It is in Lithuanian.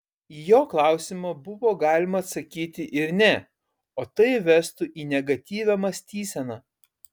į jo klausimą buvo galima atsakyti ir ne o tai vestų į negatyvią mąstyseną